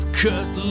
cut